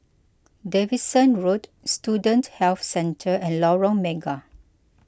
Davidson Road Student Health Centre and Lorong Mega